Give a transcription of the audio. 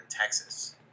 Texas